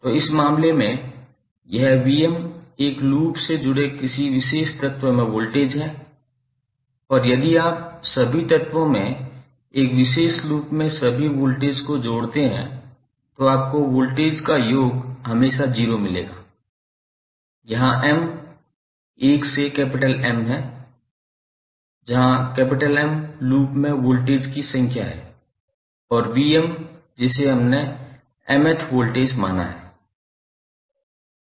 तो इस मामले में यह Vm एक लूप से जुड़े किसी विशेष तत्व में वोल्टेज है और यदि आप सभी तत्वों में एक विशेष लूप में सभी वोल्टेज को जोड़ते हैं तो आपको वोल्टेज का योग हमेशा 0 मिलेगा और यहाँ m 1 से M तक है जहां M लूप में वोल्टेज की संख्या में है और Vm जिसे हमने mth वोल्टेज माना है